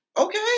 Okay